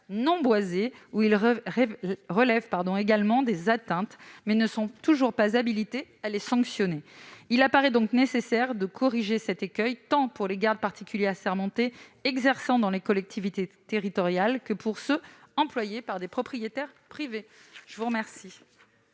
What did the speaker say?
non boisés, où ils relèvent également des atteintes, mais ne sont toujours pas habilités à les sanctionner. Il paraît donc nécessaire de corriger cet écueil, tant pour les gardes particuliers assermentés exerçant dans les collectivités territoriales que pour ceux qui sont employés par des propriétaires privés. Quel